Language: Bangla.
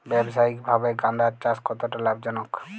ব্যবসায়িকভাবে গাঁদার চাষ কতটা লাভজনক?